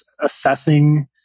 assessing